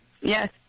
Yes